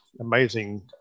amazing